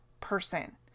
person